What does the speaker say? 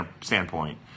standpoint